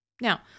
Now